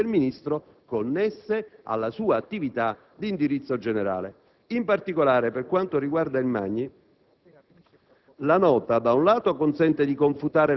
pur trattandosi in ogni caso di specifiche iniziative del Ministro, connesse alla sua attività di indirizzo generale. In particolare, per quanto riguarda il Magni,